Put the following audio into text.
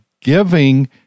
giving